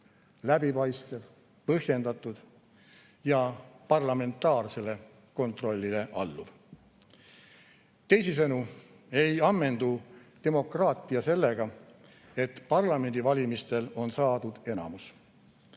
läbipaistev, põhjendatud ja parlamentaarsele kontrollile alluv. Teisisõnu ei ammendu demokraatia sellega, et parlamendivalimistel on saadud enamus.